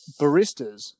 baristas